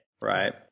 right